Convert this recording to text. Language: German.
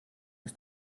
ist